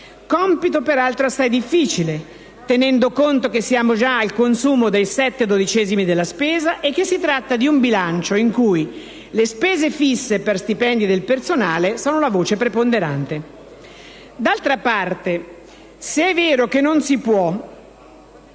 Compito peraltro assai difficile, tenendo conto che siamo già al consumo dei sette dodicesimi della spesa e che si tratta di un bilancio in cui le spese fisse per stipendi del personale sono la voce preponderante. D'altra parte, se è vero che non si può